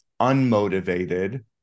unmotivated